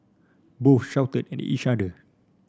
both shouted at each other